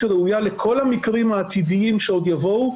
ראויה לכל המקרים העתידיים שעוד יבואו,